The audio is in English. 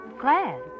Glad